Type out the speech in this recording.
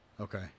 Okay